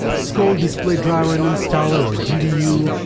it's called display driver uninstaller or ddu,